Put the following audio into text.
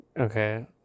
okay